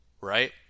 right